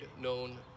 known